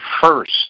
first